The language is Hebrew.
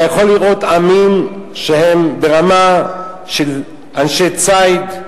אתה יכול לראות עמים שהם ברמה של אנשי ציד,